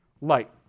light